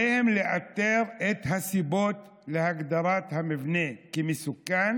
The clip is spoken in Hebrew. עליהם לאתר את הסיבות להגדרת המבנה כמסוכן